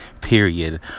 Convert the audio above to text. period